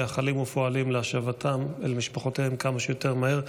מייחלים ופועלים להשבתם אל משפחותיהם כמה שיותר מהר.